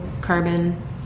carbon